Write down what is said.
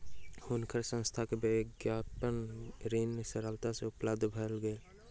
हुनकर संस्थान के वाणिज्य ऋण सरलता सँ उपलब्ध भ गेल